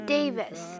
Davis